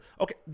Okay